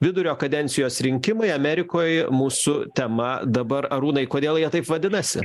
vidurio kadencijos rinkimai amerikoj mūsų tema dabar arūnai kodėl jie taip vadinasi